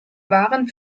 waren